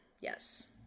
Yes